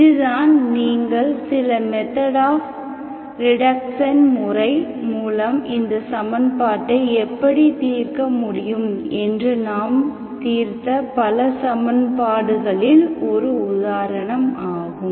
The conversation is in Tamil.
இதுதான் நீங்கள் சில மெத்தட் ஆப் ரிடக்க்ஷன் முறை மூலம் இந்த சமன்பாடை எப்படி தீர்க்க முடியும் என்று நாம் தீர்த்த பல சமன்பாடுகளில் ஒரு உதாரணம் ஆகும்